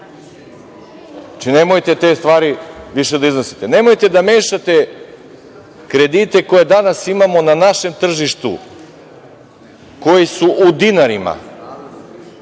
Nemojte te stvari više da iznosite. Nemojte da mešate kredite koje danas imamo na našem tržištu, koji su u dinarima,